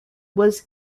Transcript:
was